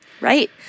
Right